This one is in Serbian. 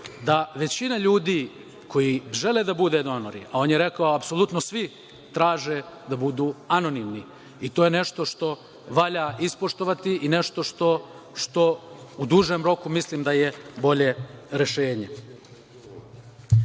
da većina ljudi koji žele da budu donori, a on je rekao da apsolutno svi traže da budu anonimni i to je nešto što valja ispoštovati i to je nešto što u dužem roku mislim da je bolje rešenje. Zakon